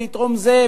ויתרום זה,